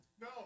No